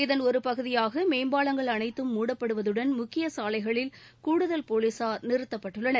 இதன் ஒரு பகுதியாக மேம்பாலங்கள் அனைத்தும் மூடப்படுவதுடன் முக்கிய சாலைகளில் கூடுதல் போலீசார் நிறுத்தப்பட்டுள்ளனர்